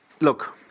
Look